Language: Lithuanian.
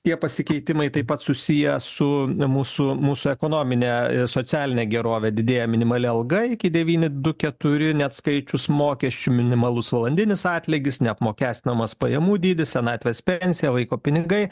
tie pasikeitimai taip pat susiję su mūsų mūsų ekonomine socialine gerove didėja minimali alga iki devyni du keturi neatskaičius mokesčių minimalus valandinis atlygis neapmokestinamas pajamų dydis senatvės pensija vaiko pinigai